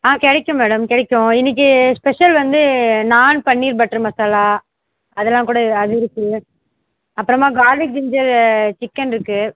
ஆ கிடைக்கும் மேடம் கிடைக்கும் இன்னிக்கு ஸ்பெஷல் வந்து நான் பன்னீர் பட்டர் மசாலா அதெல்லாம் கூட அது இருக்குது அப்புறமா கார்லிக் ஜிஞ்சர் சிக்கன் இருக்குது